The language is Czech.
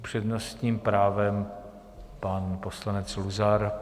S přednostním právem pan poslanec Luzar.